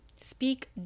Speak